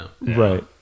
Right